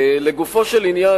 לגופו של עניין,